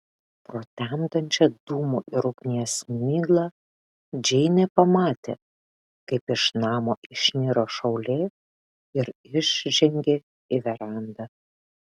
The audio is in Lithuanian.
pro temdančią dūmų ir ugnies miglą džeinė pamatė kaip iš namo išniro šaulė ir išžengė į verandą